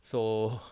so